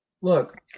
look